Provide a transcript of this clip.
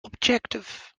objective